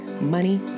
money